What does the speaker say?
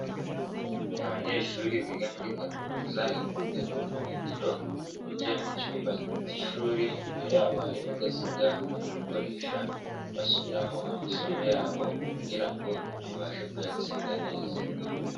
Abanyeshuri biga muri kaminuza y'imyuga n'ubumenyingiro, bicaye mu cyumba cy'ishuri, imbere yabo hari mudasobwa, bari gukoresha, basubiramo amasomo yabo kugira ngo babashe kuyatsinda neza.